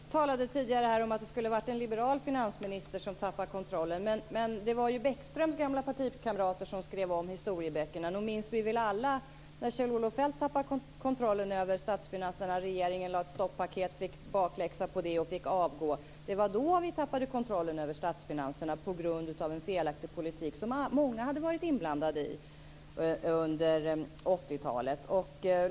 Herr talman! Jan Bergqvist talade tidigare om att det skulle ha varit en liberal finansminister som tappade kontrollen. Men det var ju Bäckströms gamla partikamrater som skrev om historieböckerna. Vi minns väl alla när Kjell-Olof Feldt tappade kontrollen över statsfinanserna, när regeringen lade ett stoppaket, fick bakläxa på det och fick avgå. Det var då man tappade kontrollen över statsfinanserna, på grund av en felaktig politik, som många hade varit inblandade i under 80-talet.